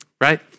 right